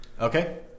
Okay